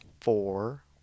four